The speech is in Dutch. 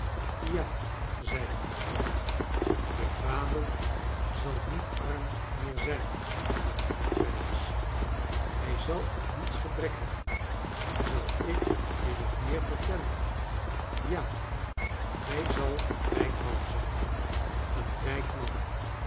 ja zeiden haar oogen je vader zal niet arm meer zijn wanneer hij vrij is hij zal aan niets gebrek hebben zal ik je nog meer vertellen ja hij zal een rijk man zijn een rijk man